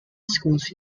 schools